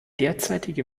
derzeitige